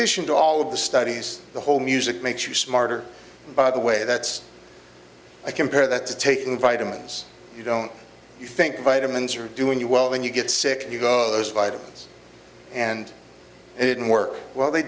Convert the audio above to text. addition to all of the studies the whole music makes you smarter by the way that's i compare that to taking vitamins you don't think vitamins are doing you well when you get sick and you go those vitamins and they didn't work well they